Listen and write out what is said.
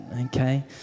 Okay